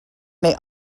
may